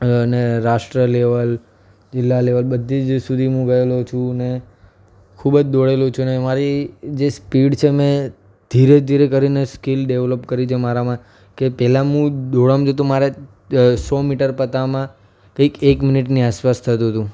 અને રાષ્ટ્ર લેવલ જિલ્લા લેવલ બધી જ સુધી મું ગયેલો છું ને ખૂબ જ દોડેલો છું અને મારી જે સ્પીડ છે મે ધીરે ધીરે કરીને સ્કિલ ડેવલપ કરી છે મારામાં કે પહેલાં હું દોડવામાં જતો મારે સો મીટર પતાવવામાં કંઈક એક મિનિટની આસપાસ થતું હતું